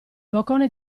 boccone